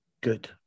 Good